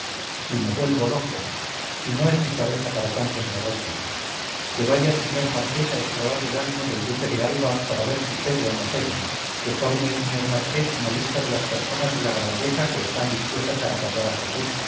si me vuelvo loco si no es mi cabeza para tantos negocios que vaya el señor marqués a explorar el ánimo del duque de alba para ver si cede o no cede que forme el señor marqués una lista de las personas de la grandeza que están dispuestas a acatar a josé